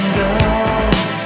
girls